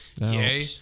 yay